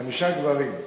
חמישה גברים.